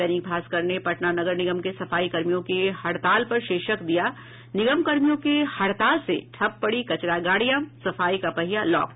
दैनिक भास्कर ने पटना नगर निगम के सफाई कर्मियों के हड़ताल पर शीर्षक दिया है निगम कर्मियों के हड़ताल से ठप पड़ी कचरा गाड़ियां सफाई का पहिया लॉक